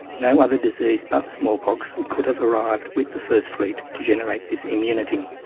no other disease but smallpox could have arrived with the first fleet to generate this immunity.